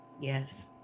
yes